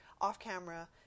off-camera